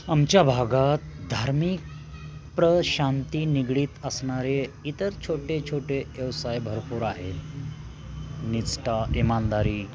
आमच्या भागात धार्मिक प्रशांती निगडीत असणारे इतर छोटे छोटे व्यवसाय भरपूर आहेत निष्ठा इमानदारी